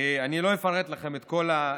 אני לא אפרט לכם את כל הנוסחה,